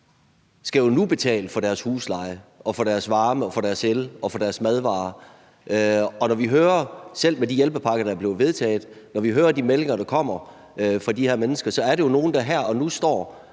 skal jo nu betale deres husleje, deres varme, deres el og deres madvarer. Og når vi – selv med de hjælpepakker, der blev vedtaget – hører de meldinger, der kommer fra de her mennesker, er det jo nogle, der her og nu står